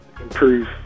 improve